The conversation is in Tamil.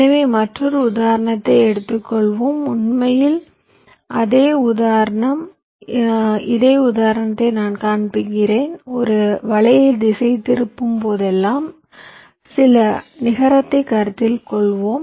எனவே மற்றொரு உதாரணத்தை எடுத்துக் கொள்வோம் உண்மையில் அதே உதாரணம் இதே உதாரணத்தை நான் காண்பிக்கிறேன் ஒரு வலையை திசைதிருப்பும்போதெல்லாம் நில நிகரத்தை கருத்தில் கொள்வோம்